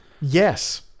Yes